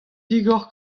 digor